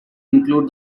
include